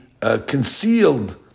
concealed